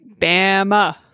Bama